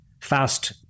Fast